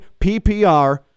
PPR